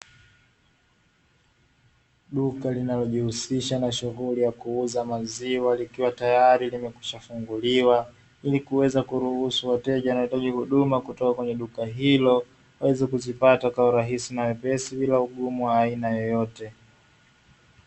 Duka linalojihusisha na shughuli ya kuuza maziwa likiwa tayari limekwishafunguliwa ili kuweza kuruhusu wateja wanaohitaji huduma kutoka kwenye duka hilo, waweze kuzipata kwa urahisi na wepesi bila ugumu wa aina yoyote.